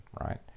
right